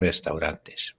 restaurantes